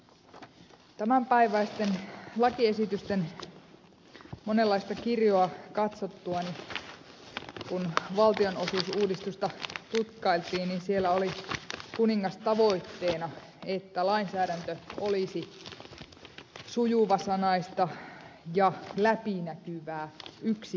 tämän päiväisten lakiesitysten monenlaista kirjoa katsottuani kun valtionosuusuudistusta tutkailtiin oli siellä kuningastavoitteena että lainsäädäntö olisi sujuvasanaista läpinäkyvää ja yksiselitteistä